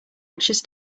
anxious